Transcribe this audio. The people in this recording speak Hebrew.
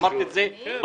אמרנו זאת מפורשות.